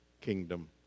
kingdom